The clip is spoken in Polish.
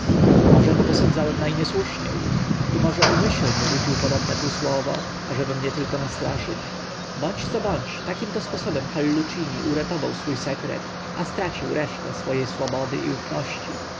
może go posądzam na niesłusznie może umyślnie rzucił podobne półsłowo ażeby tylko mnie nastraszyć bądź co bądź takim to sposobem hallucini uratował swó sekret a stracił reszty swo e swobody i ufności